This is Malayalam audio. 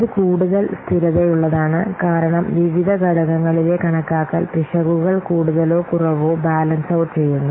ഇത് കൂടുതൽ സ്ഥിരതയുള്ളതാണ് കാരണം വിവിധ ഘടകങ്ങളിലെ കണക്കാക്കൽ പിശകുകൾ കൂടുതലോ കുറവോ ബാലൻസ് ഔട്ട് ചെയ്യുന്നു